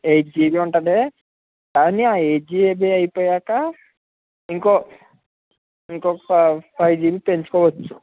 eight GB ఉంటాది కానీ ఆ ఎయిట్జిబి అయిపోయాక ఇంకో ఇంకోక ఫై ఫై జిబిపెంచుకోవచ్చు